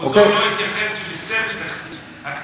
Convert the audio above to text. כבודו לא התייחס לכך שבצוות הכתיבה,